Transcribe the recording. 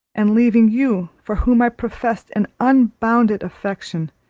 and leaving you, for whom i professed an unbounded affection,